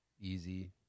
Easy